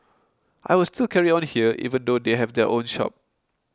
I will still carry on here even though they have their own shop